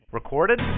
Recorded